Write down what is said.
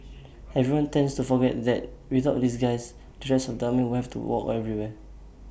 everyone tends to forget that without these guys the rest of the army would have to walk everywhere